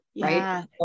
Right